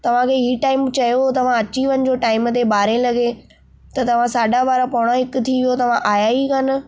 तव्हांखे हीउ टाइम चयो तव्हां अची वञिजो टाइम ते ॿारहें लॻे त तव्हां साढा ॿारहां पौणा हिकु थी वियो तव्हां आया ई कान